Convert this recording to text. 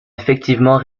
effectivement